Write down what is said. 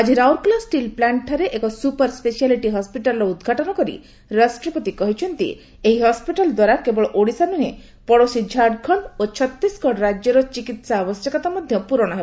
ଆଜି ରାଉରକେଲା ଷ୍ଟିଲ୍ ପ୍ଲାଷ୍ଟ୍ଠାରେ ଏକ ସୁପର ସ୍କେଶିଆଲିଟି ହସ୍କିଟାଲ୍ର ଉଦ୍ଘାଟନ କରି ରାଷ୍ଟ୍ରପତି କହିଛନ୍ତି ଏହି ହସ୍କିଟାଲ୍ଦ୍ୱାରା କେବଳ ଓଡ଼ିଶା ନୁହେଁ ପଡ଼ୋଶୀ ଝାଡ଼ଖଣ୍ଡ ଓ ଛତିଶଗଡ଼ ରାଜ୍ୟର ଚିକିତ୍ସା ଆବଶ୍ୟକତା ପ୍ରରଣ ହେବ